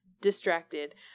distracted